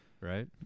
Right